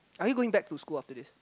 are you going back to school after this